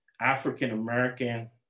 African-American